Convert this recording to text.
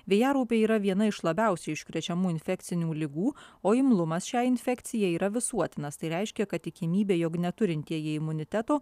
vėjaraupiai yra viena iš labiausiai užkrečiamų infekcinių ligų o imlumas šiai infekcijai yra visuotinas tai reiškia kad tikimybė jog neturintieji imuniteto